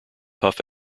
puff